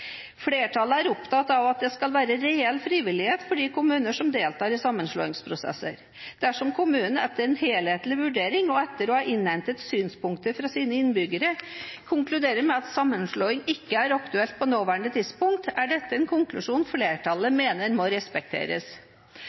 er flertallet opptatt av at det skal være reell frivillighet for de kommunene som deltar i sammenslåingsprosesser. Dersom kommuner etter en helhetlig vurdering og etter å ha innhentet synspunkter fra sine innbyggere konkluderer med at sammenslåing ikke er aktuelt på det nåværende tidspunkt, er dette en konklusjon flertallet mener må respekteres.